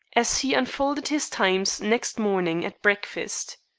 as he unfolded his times next morning at breakfast.